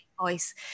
voice